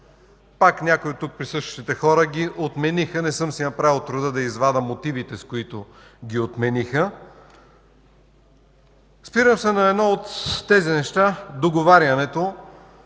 пак някои от тук присъстващите хора ги отмениха. Не съм си направил труда да извадя мотивите, с които ги отмениха. Ще се спра на едно от тези неща – договарянето.